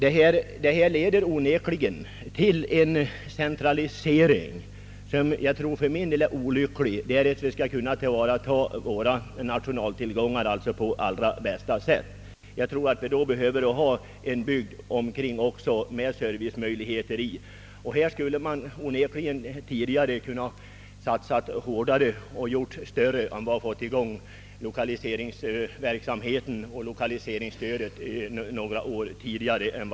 Utvecklingen leder onekligen till en centralisering, som jag tror är olycklig. Om vi skall kunna tillvarata våra nationaltillgångar på allra bästa sätt tror jag att vi behöver ha en kringliggande bygd som också har servicemöjligheter. Här kunde man ha satsat hårdare och börjat med lokaliseringsverksamheten och lokaliseringsstödet några år tidigare.